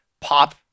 pop